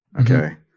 Okay